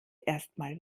erstmal